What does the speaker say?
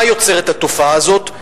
מה יוצרת התופעה הזאת?